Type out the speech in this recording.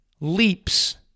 leaps